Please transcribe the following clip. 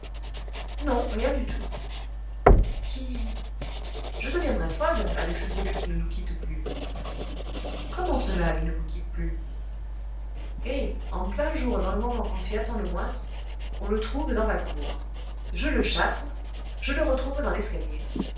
non rien du tout oui je deviendrai folle avec ce vielleux qui ne nous quitte plus comment cela il ne vous quitte plus eh en plein jour dans le moment qu'on s'y attend le moins on le trouve dans la cour je le chasse je le retrouve dans l'escalier